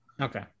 Okay